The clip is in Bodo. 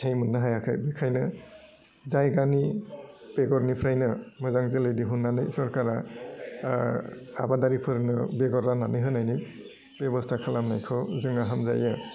फिथाइ मोन्नो हायाखै बेखायनो जायगानि बेगरनिफ्रायनो मोजां जोलै दिहुन्नानै सरकारा आबादारिफोरनो बेगर रान्नानै होनायनि बेबस्था खालामनायखौ जोङो हामजायो